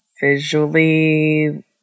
visually